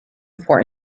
for